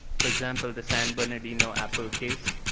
for example, the san bernardino apple case,